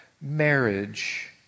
marriage